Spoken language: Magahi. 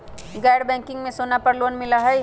गैर बैंकिंग में सोना पर लोन मिलहई?